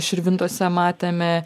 širvintose matėme